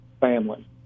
family